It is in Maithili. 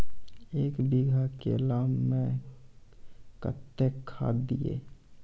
एक बीघा केला मैं कत्तेक खाद दिये?